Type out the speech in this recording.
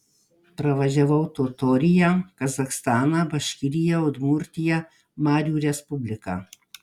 pravažiavau totoriją kazachstaną baškiriją udmurtiją marių respubliką